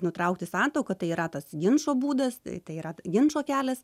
nutraukti santuoką tai yra tas ginčo būdas tai yra ginčo kelias